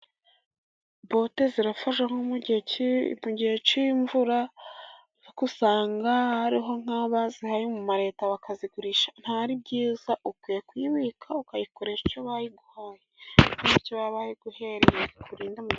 Bote zirafasha nko mu gihe gihe cy'imvura, ariko usanga hariho nk'abo bazihaye mu ma leta bakazigurisha, ntabwo ari byiza ukwiye kuyibika ukayikoresha icyo bayiguhereye, kubera ko icyo baba bayiguhereye ngo ikurinde......